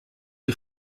die